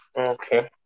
Okay